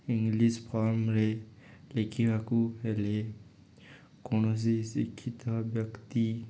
English ଫର୍ମରେ ଲେଖିବାକୁ ହେଲେ କୌଣସି ଶିକ୍ଷିତ ବ୍ୟକ୍ତି